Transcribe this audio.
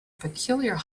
peculiar